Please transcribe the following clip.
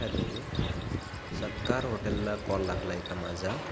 hello Satkar हॉटेलला call लागलाय का माझा